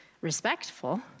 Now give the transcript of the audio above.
respectful